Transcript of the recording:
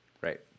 Right